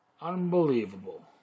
unbelievable